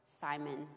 simon